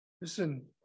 listen